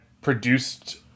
produced